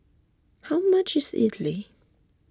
how much is Idly